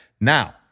Now